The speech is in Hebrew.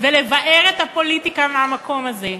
ולבער את הפוליטיקה מהמקום הזה,